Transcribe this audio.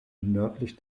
nördlich